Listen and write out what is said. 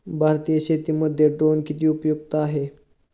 भारतीय शेतीमध्ये ड्रोन किती उपयुक्त आहेत?